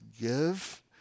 give